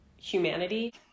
Humanity